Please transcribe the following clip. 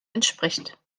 entspricht